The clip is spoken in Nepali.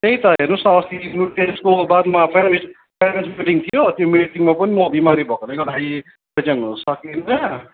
त्यही त हेर्नुहोस् न अस्ति युनिट टेस्टको बादमा प्यारेन्ट्स प्यारेन्ट्स मिटिङ थियो त्यो मिटिङमा पनि म बिमारी भएकोले गर्दाखेरि प्रेजेन्ट हुन सकिनँ